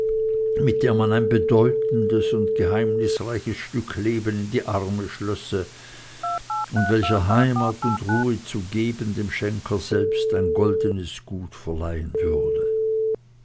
mit der man ein bedeutendes und geheimnisreiches stück leben in die arme schlösse und welcher heimat und ruhe zu geben dem schenker selbst ein goldenes gut verleihen würde